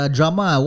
Drama